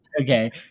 okay